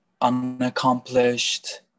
unaccomplished